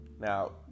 Now